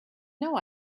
know